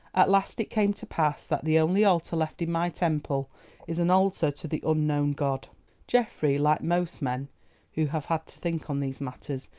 at last it came to pass that the only altar left in my temple is an altar to the unknown god geoffrey, like most men who have had to think on these matters,